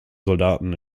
soldaten